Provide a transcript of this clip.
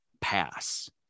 pass